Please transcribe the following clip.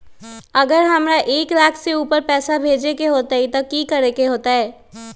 अगर हमरा एक लाख से ऊपर पैसा भेजे के होतई त की करेके होतय?